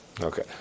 Okay